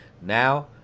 Now